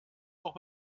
auch